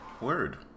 Word